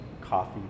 coffee